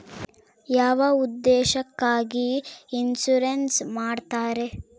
ಯಾವ ಉದ್ದೇಶಕ್ಕಾಗಿ ಇನ್ಸುರೆನ್ಸ್ ಮಾಡ್ತಾರೆ?